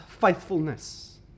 faithfulness